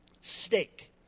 Steak